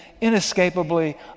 inescapably